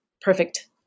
perfect